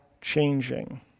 changing